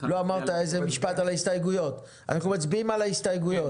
אנחנו מצביעים על ההסתייגויות.